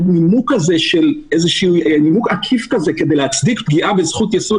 הנימוק העקיף הזה כדי להצדיק פגיעה בזכות יסוד,